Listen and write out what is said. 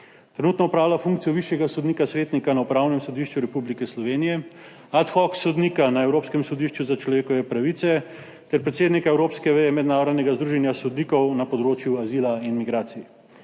Trenutno opravlja funkcijo višjega sodnika svetnika na Upravnem sodišču Republike Slovenije, ad hoc sodnika na Evropskem sodišču za človekove pravice ter predsednika evropske veje Mednarodnega združenja sodnikov na področju azila in migracij.